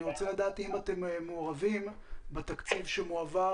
אני רוצה לדעת האם אתם מעורבים בתקציב שמועבר